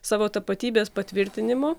savo tapatybės patvirtinimo